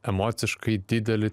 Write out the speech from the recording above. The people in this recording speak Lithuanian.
emociškai didelį